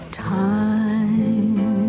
time